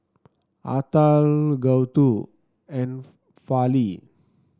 Atal Gouthu and Fali